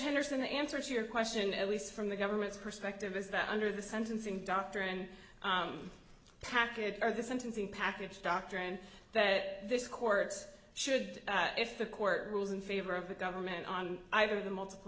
henderson the answer to your question at least from the government's perspective is that under the sentencing dr and packets are the sentencing package doctrine that this courts should if the court rules in favor of the government on either the multipl